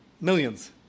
Millions